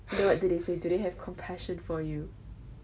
and then what do they say do they have compassion for you